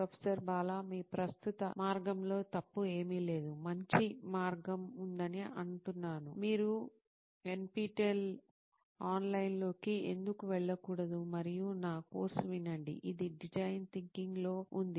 professor Bala మీ ప్రస్తుత మార్గంలో తప్పు ఏమీ లేదు మంచి మార్గం ఉందని అంటున్నాను మీరు ఎన్పిటిఎల్ ఆన్లైన్లోకి ఎందుకు వెళ్లకూడదు మరియు నా కోర్సు వినండి ఇది డిజైన్ థింకింగ్లో ఉంది